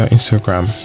Instagram